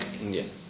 Indian